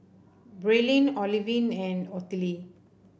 Braelyn Olivine and Ottilie